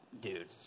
dude